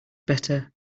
better